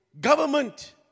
government